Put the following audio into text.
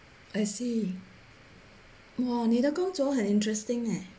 I see !wah! 你的工作很 interesting leh